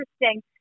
interesting